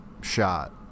shot